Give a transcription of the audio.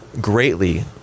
greatly